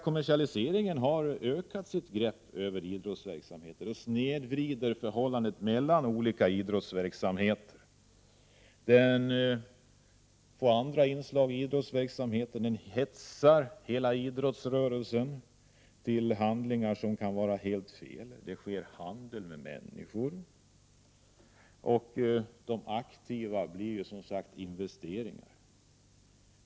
Kommersialiseringen har ökat sitt grepp över idrottsverksamheter, och den snedvrider förhållandet mellan olika idrotter. Den hetsar hela idrottsrörelsen till handlingar som kan vara helt felaktiga. Det sker en handel med människor, och de aktiva blir investeringar.